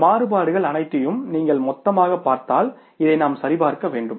இந்த மாறுபாடுகள் அனைத்தையும் நீங்கள் மொத்தமாகப் பார்த்தால் இதை நாம் சரிபார்க்க வேண்டும்